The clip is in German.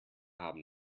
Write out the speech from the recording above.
haben